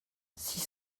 six